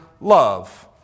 love